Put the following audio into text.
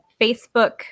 Facebook